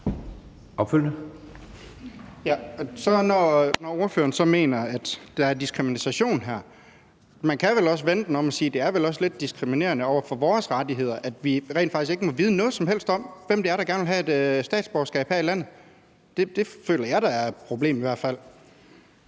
Når ordføreren så mener, at der er diskrimination her, kan man vel også vende den om og sige, at det vel også lidt er diskriminerende i forhold til vores rettigheder, at vi rent faktisk ikke må vide noget som helst om, hvem det er, der gerne vil have et statsborgerskab her i landet. Det føler jeg da i hvert fald